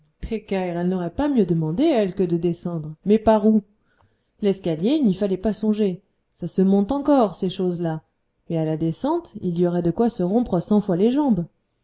elle n'aurait pas mieux demandé elle que de descendre mais par où l'escalier il n'y fallait pas songer ça se monte encore ces choses-là mais à la descente il y aurait de quoi se rompre cent fois les jambes